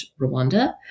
Rwanda